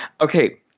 Okay